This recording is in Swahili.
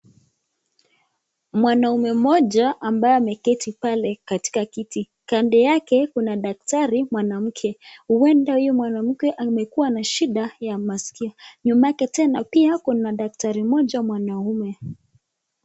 Mwanaume mmoja ambaye ameketi pale katika kiti, kando yake kuna daktari mwanamke, huenda huyo mwanamke amekuwa na shida ya maskio, nyuma yake tena pia kuna daktari mmoja mwanaume.